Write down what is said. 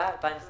התשפ"א-2021